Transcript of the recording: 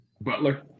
Butler